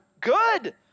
Good